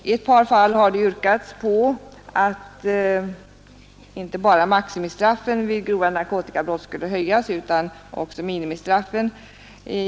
I ett par fall har det yrkats på att inte bara maximistraffet vid grova narkotikabrott skulle höjas utan också minimistraffet.